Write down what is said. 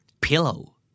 Pillow